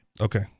Okay